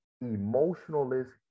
emotionalist